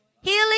Healing